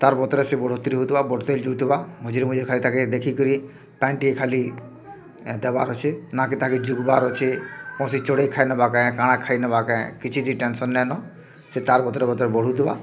ତାର୍ ପତରେ ସେ ବଢ଼ୁତିର୍ ହୋଉଥିବା ବଢ଼ତେ୍ ଜିଉଥିବା ମଝିରେ ମଝିରେ ତାକେ ଦେଖି କିରି ପାଣି ଟିକେ ଖାଲି ଦେବାର୍ ଅଛି ନାଁ କି ତାଙ୍କେ ଜୁଡ଼ବାର୍ ଅଛି ଚଢ଼େଇ ଖାଇ ନେବାକେ କାଣା ଖାଇ ନେଲାକେ୍ କିଛି ବି ଟେନସନ୍ ନେନ୍ ସେ ତାର କତିର୍ କତିର୍ ବଢ଼ୁଥିବ